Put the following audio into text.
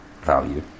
value